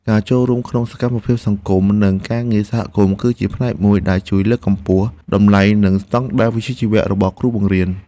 ការចូលរួមក្នុងសកម្មភាពសង្គមនិងការងារសហគមន៍គឺជាផ្នែកមួយដែលជួយលើកកម្ពស់តម្លៃនិងស្តង់ដារវិជ្ជាជីវៈរបស់គ្រូបង្រៀន។